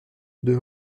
deux